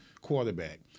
quarterback